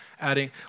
adding